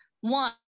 one